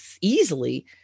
easily